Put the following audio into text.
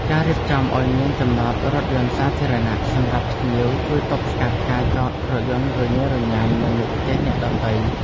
ការរៀបចំឱ្យមានចំណតរថយន្តសាធារណៈសម្រាប់ភ្ញៀវជួយទប់ស្កាត់ការចតរថយន្តរញ៉េរញ៉ៃនៅមុខផ្ទះអ្នកដទៃ។